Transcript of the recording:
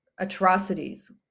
atrocities